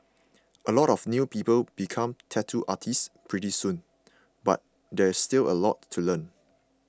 a lot of new people become tattoo artists pretty soon but there's still a lot to learn